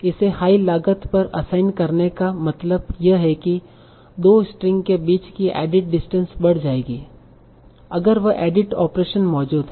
इसे हाई लागत पर असाइन करने का मतलब यह है कि 2 स्ट्रिंग के बीच की एडिट डिस्टेंस बढ़ जाएगी अगर वह एडिट ऑपरेशन मौजूद है